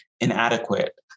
inadequate